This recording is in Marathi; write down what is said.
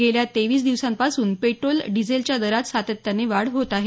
गेल्या तेवीस दिवसांपासून पेट्रोल डिझेलच्या दरात सातत्याने वाढ होत आहे